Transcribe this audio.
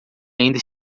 ainda